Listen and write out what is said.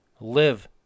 Live